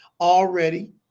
Already